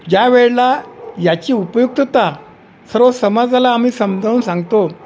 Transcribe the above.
ज्यावेळेला याची उपयुक्तता सर्व समाजाला आम्ही समजावून सांगतो